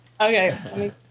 Okay